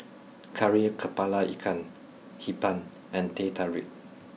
Kari Kepala Ikan Hee Pan and Teh Tarik